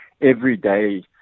everyday